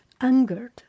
Angered